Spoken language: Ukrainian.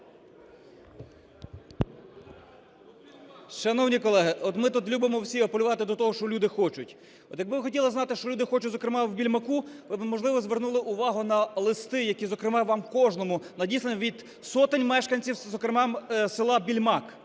Шановні колеги, от ми тут любимо всі апелювати до того, що люди хочуть. От якби ви хотіли знати, що люди хочуть, зокрема, в Більмаку, ви би, можливо, звернули увагу на листи, які, зокрема, вам кожному надіслані від сотень мешканців, зокрема, села Більмак.